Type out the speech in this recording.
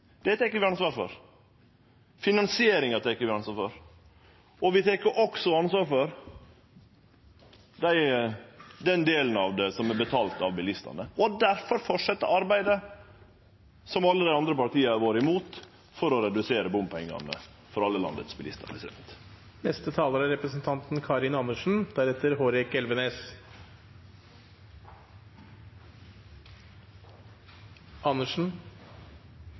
utbygging tek vi ansvar for, finansieringa tek vi ansvar for, og vi tek òg ansvar for den delen av det som er betalt av bilistane. Difor fortset arbeidet, som alle dei andre partia har vore imot, for å redusere bompengane – for alle landets bilistar. Det er